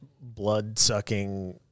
blood-sucking